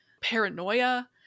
paranoia